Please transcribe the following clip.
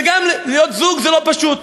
וגם להיות זוג זה לא פשוט,